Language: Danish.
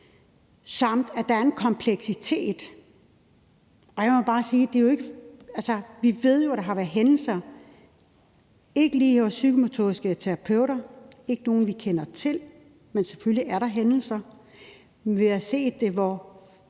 samt at der er en kompleksitet. Og jeg må jo bare sige, at vi ved, at der har været hændelser, hvor vi har set – ikke lige hos psykomotoriske terapeuter, ikke nogen, vi kender til, men selvfølgelig er der hændelser – at nogle mennesker